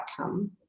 outcome